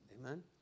amen